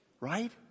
Right